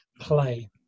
play